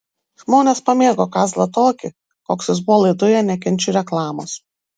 žmonės pamėgo kazlą tokį koks jis buvo laidoje nekenčiu reklamos